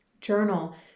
Journal